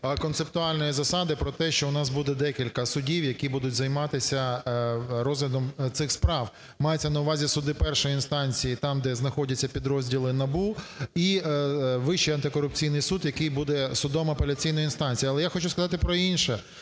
концептуальної засади про те, що у нас буде декілька судів, які будуть займатися розглядом цих справ, мається на увазі суди першої інстанції там, де знаходяться підрозділи НАБУ, і Вищий антикорупційний суд, який буде судом апеляційної інстанції. Але я хочу сказати про інше,